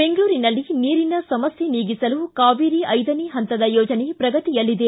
ಬೆಂಗಳೂರಿನಲ್ಲಿ ನೀರಿನ ಸಮಸ್ಯೆ ನೀಗಿಸಲು ಕಾವೇರಿ ಐದನೇ ಹಂತದ ಯೋಜನೆ ಪ್ರಗತಿಯಲ್ಲಿದೆ